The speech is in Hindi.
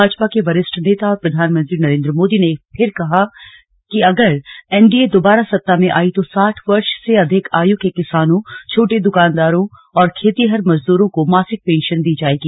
भाजपा के वरिष्ठ नेता और प्रधानमंत्री नरेन्द्र मोदी ने फिर कहा है कि अगर एनडीए दोबारा सत्ता में आई तो साठ वर्ष से अधिक आयु के किसानोंछोटे दुकानदारों और खेतीहर मजदूरों को मासिक पेंशन दी जायेगी